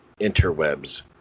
interwebs